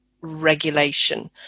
regulation